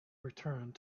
returned